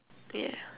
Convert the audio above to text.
yeah